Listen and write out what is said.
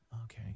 Okay